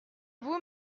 vous